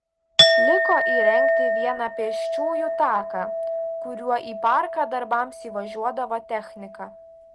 liko įrengti vieną pėsčiųjų taką kuriuo į parką darbams įvažiuodavo technika